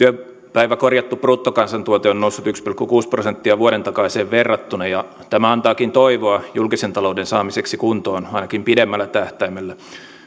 työpäiväkorjattu bruttokansantuote on noussut yksi pilkku kuusi prosenttia vuoden takaiseen verrattuna ja tämä antaakin toivoa julkisen talouden saamiseksi kuntoon ainakin pidemmällä tähtäimellä